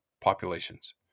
populations